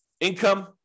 Income